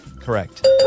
Correct